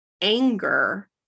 anger